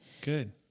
Good